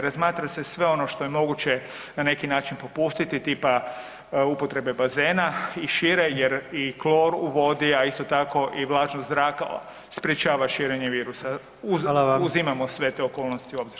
Razmatra se sve ono što je moguće na neki način popustiti tipa upotrebe bazena i šire jer i klor u vodi, a isto tako i vlažan zrak sprječava širenje virusa [[Upadica: Hvala vam]] Uzimamo sve te okolnosti u obzir.